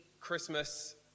Christmas